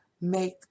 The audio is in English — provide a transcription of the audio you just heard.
make